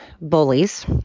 Bullies